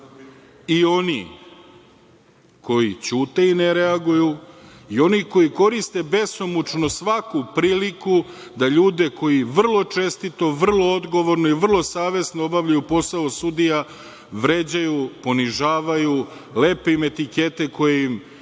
i oni koji ćute i ne reaguju, i oni koji koriste besomučno svaku priliku da ljude koji vrlo čestiti, vrlo odgovorno i vrlo savesno obavljaju posao sudija vređaju, ponižavaju, lepe im etikete koje im